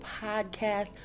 podcast